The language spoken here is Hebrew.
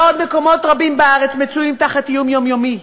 בעוד מקומות רבים בארץ מצויים תחת איום יומיומי,